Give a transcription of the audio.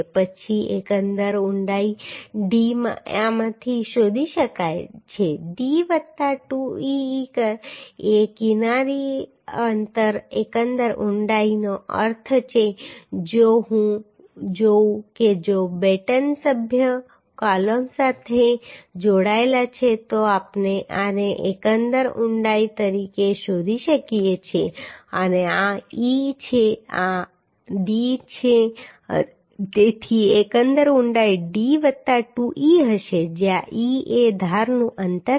પછી એકંદર ઊંડાઈ D આમાંથી શોધી શકાય છે D વત્તા 2e e એ કિનારી અંતર એકંદર ઊંડાઈનો અર્થ છે જો હું જોઉં કે જો બેટન સભ્યો કૉલમ સાથે જોડાયેલા છે તો આપણે આને એકંદર ઊંડાઈ તરીકે શોધી શકીએ છીએ અને આ e છે અને આ d છે તેથી એકંદર ઊંડાઈ d વત્તા 2e હશે જ્યાં e એ ધારનું અંતર છે